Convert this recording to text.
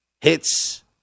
hits